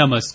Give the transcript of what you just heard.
नमस्कार